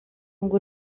ngo